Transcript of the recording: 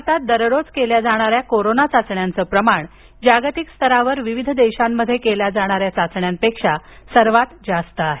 भारतात दररोज केल्या जाणाऱ्या कोरोना चाचण्यांच प्रमाण जागतिक स्तरावर विविध देशांमध्ये केल्या जाणाऱ्या चाचाण्यांपेक्षा सर्वात जास्त आहे